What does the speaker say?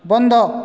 বন্ধ